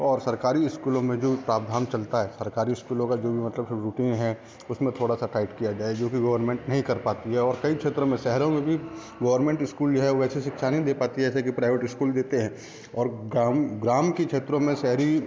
और सरकारी स्कूलों में जो प्रावधान चलता है सरकारी स्कूलों का जो भी मतलब से रूटींग है उसमें थोड़ा सा टाइट किया जाए जो कि गोवर्मेंट नहीं कर पाती है और कई क्षेत्रों में शहरों में भी गोवर्मेंट स्कूल जो है वह ऐसी शिक्षा नहीं दे पाती जैसे कि प्राइवेट स्कूल देते हैं और ग्राम ग्राम की क्षेत्रों में शहरी